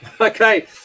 Okay